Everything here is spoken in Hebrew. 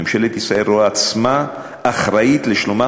ממשלת ישראל רואה עצמה אחראית לשלומם